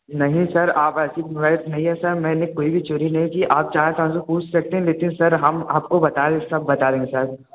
नहीं सर आप ऐसी बात नहीं है सर मैंने कोई भी चोरी नहीं की है आप चाहें तो हमसे पूछ सकते हैं लेकिन सर हम आपको बता दे सब बता देंगे सर